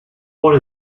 what